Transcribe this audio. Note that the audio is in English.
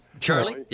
Charlie